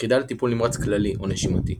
יחידה לטיפול נמרץ כללי או נשימתי